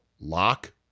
lock